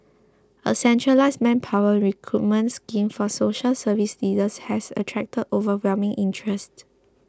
a centralised manpower recruitment scheme for social service leaders has attracted overwhelming interest